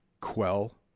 Quell